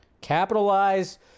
Capitalize